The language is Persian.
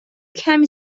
کمی